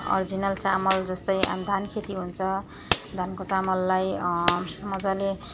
original चामल जस्तै धान खेती हुन्छ धानको चामललाई मजाले